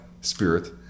spirit